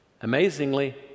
amazingly